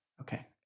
Okay